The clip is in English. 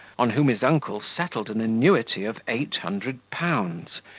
on whom his uncle settled an annuity of eight hundred pounds,